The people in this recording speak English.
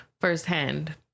firsthand